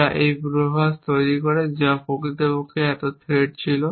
যা এই পূর্বাভাস তৈরি করে যা প্রকৃতপক্ষে এত থ্রেড ছিল